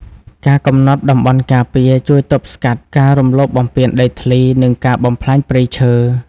ការកំណត់តំបន់ការពារជួយទប់ស្កាត់ការរំលោភបំពានដីធ្លី និងការបំផ្លាញព្រៃឈើ។